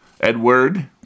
Edward